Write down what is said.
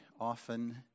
often